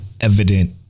evident